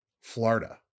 Florida